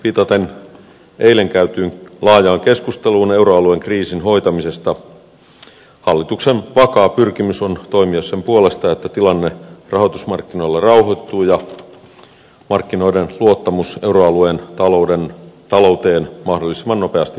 viitaten eilen käytyyn laajaan keskusteluun euroalueen kriisin hoitamisesta hallituksen vakaa pyrkimys on toimia sen puolesta että tilanne rahoitusmarkkinoilla rauhoittuu ja markkinoiden luottamus euroalueen talouteen mahdollisimman nopeasti palautuu